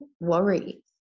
worry